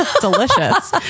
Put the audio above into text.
delicious